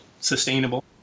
sustainable